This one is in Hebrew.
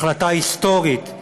החלטה היסטורית,